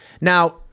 Now